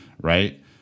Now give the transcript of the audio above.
right